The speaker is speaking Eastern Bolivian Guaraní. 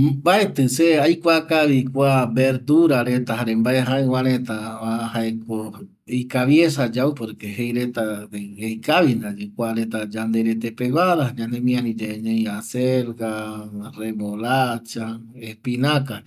Mbaetƚ se aikua kavi kua verdura reta jare jaƚva reta jaeko ikaviesa yau porque jei reta ikavi ndaye kua reta yande rete peguara ñanemiari yae ñai acelga, remolacha, espinaka,